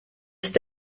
ist